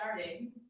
starting